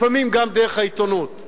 לפעמים גם דרך העיתונות.